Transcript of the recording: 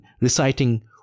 reciting